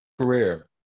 career